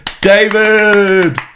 David